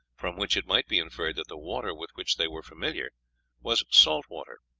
from which it might be inferred that the water with which they were familiar was saltwater.